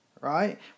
right